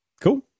Cool